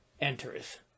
enters